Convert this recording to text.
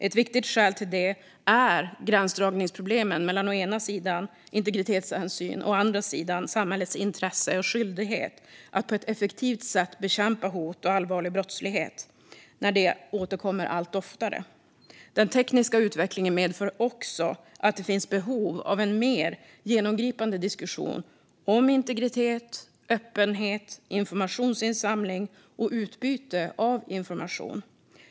Ett viktigt skäl till det är gränsdragningsproblemen mellan å ena sidan integritetshänsyn och å andra sidan samhällets intresse och skyldighet att på ett effektivt sätt bekämpa hot och allvarlig brottslighet, som återkommer allt oftare. Den tekniska utvecklingen medför också att det finns behov av en mer genomgripande diskussion om integritet, öppenhet, informationsinsamling och utbyte av information.